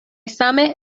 same